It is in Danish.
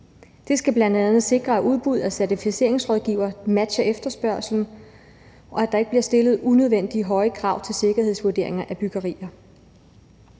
Det skal bl.a. sikre, at udbuddet af certificeringsrådgivere matcher efterspørgslen, og at der ikke bliver stillet unødvendigt høje krav til sikkerhedsvurderinger af byggerier.